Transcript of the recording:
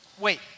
Wait